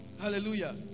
Hallelujah